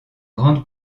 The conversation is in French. grande